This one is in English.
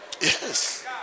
Yes